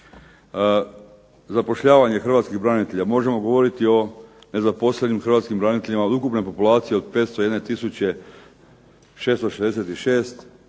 Zapošljavanje hrvatskih branitelja. Možemo govoriti o nezaposlenim hrvatskim braniteljima od ukupne populacije od 501666